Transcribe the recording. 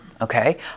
Okay